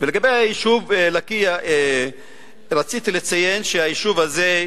ולגבי היישוב לקיה, רציתי לציין שהיישוב הזה,